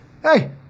hey